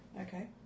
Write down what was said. Okay